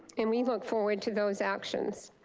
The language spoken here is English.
and we look forward to those actions.